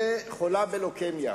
שחולה בלוקמיה.